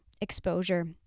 exposure